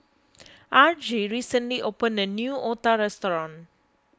Argie recently opened a new Otah restaurant